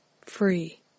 free